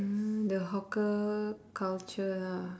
mm the hawker culture ah